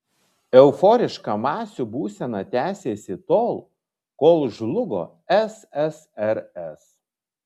euforiška masių būsena tęsėsi tol kol žlugo ssrs